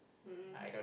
mm mm